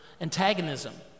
antagonism